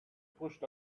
pushed